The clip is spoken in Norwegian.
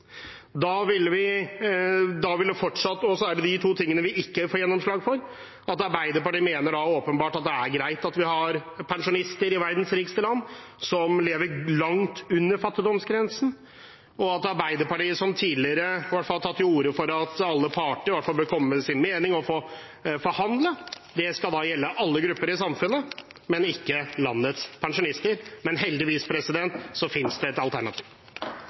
Og så er det de to tingene vi ikke får gjennomslag for: Arbeiderpartiet mener da åpenbart det er greit at vi har pensjonister i verdens rikeste land som lever langt under fattigdomsgrensen. Og Arbeiderpartiet, som i hvert fall tidligere har tatt til orde for at alle parter bør få komme med sin mening og få forhandle, mener da at det skal gjelde alle grupper i samfunnet, men ikke landets pensjonister. Men heldigvis finnes det et alternativ.